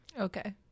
Okay